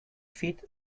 feet